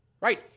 Right